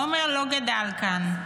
עומר לא גדל כאן,